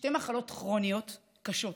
שתי מחלות כרוניות קשות.